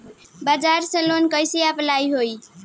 बजाज से लोन कईसे अप्लाई होई?